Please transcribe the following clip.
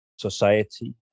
society